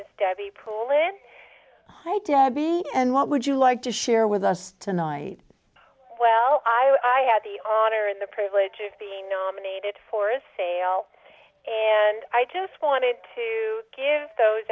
is debbie pullin hi debbie and what would you like to share with us tonight well i had the honor in the privilege of being nominated for a sale and i just wanted to give those